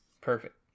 Perfect